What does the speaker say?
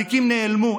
התיקים נעלמו.